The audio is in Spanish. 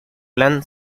plan